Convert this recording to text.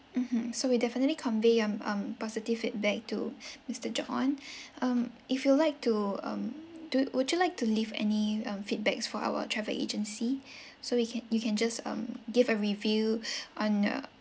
mmhmm so we definitely convey your um positive feedback to mister john um if you'd like to um do would you like to leave any um feedbacks for our travel agency so we can you can just um give a review on uh